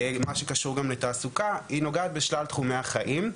מה שקשור גם לתעסוקה, היא נוגעת בשלל תחומי החיים.